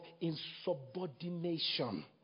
insubordination